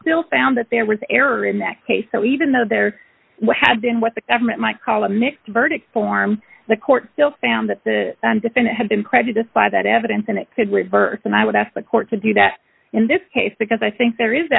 still found that there was a error in that case that even though there had been what the government might call a mixed verdict form the court still found that the defendant had been prejudiced by that evidence and it could reverse and i would ask the court to do that in this case because i think there is